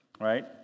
right